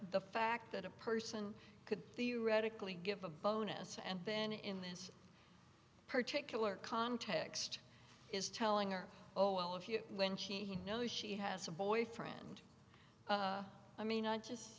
the fact that a person could theoretically give a bonus and then in this particular context is telling her oh well of you when she knows she has a boyfriend i mean i just